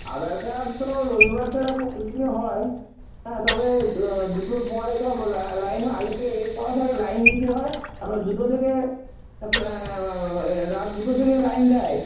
আধার card তো রবিবার ছাড়া প্রতিদিনই হয় হ্যাঁ তবে দুটোর পরে সব লাইন হয় আগে থেকে এ করা থাকে লাইন দিতে হয় তারপর দুটো থেকে রাত দুটো থেকে লাইন দেয়